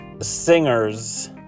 singers